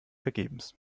vergebens